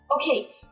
Okay